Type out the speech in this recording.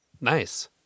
Nice